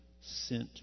sent